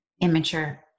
immature